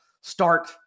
start